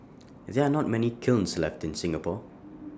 there are not many kilns left in Singapore